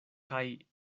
kaj